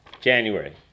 January